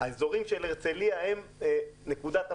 האזורים של הרצליה הם נקודת הפתיחה.